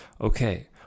Okay